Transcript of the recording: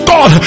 God